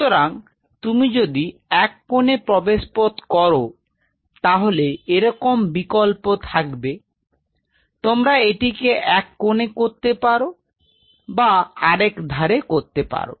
সুতরাং তুমি যদি এক কোণে প্রবেশপথ করো তাহলে এরকম বিকল্প থাকবে তোমরা এটিকে এক কোণে করতে পারো বা আরেক ধারে করতে পারো